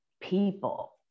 people